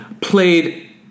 Played